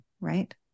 right